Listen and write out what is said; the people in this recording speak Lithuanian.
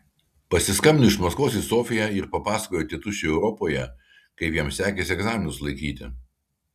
pasiskambino iš maskvos į sofiją ir papasakojo tėtušiui europoje kaip jam sekėsi egzaminus laikyti